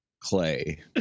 Clay